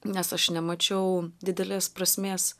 nes aš nemačiau didelės prasmės